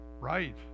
Right